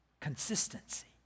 consistency